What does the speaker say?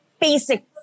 basic